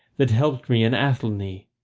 that helped me in athelney,